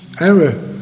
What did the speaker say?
error